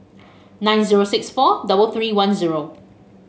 nine zero six four double three one zero